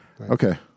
Okay